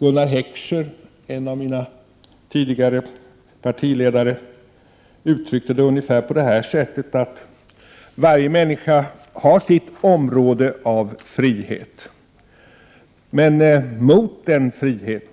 Gunnar 49 Heckscher, en av mina tidigare partiledare, uttryckte det ungefär på det här sättet: Varje människa har sitt område av frihet. Men mot min frihet